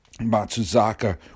Matsuzaka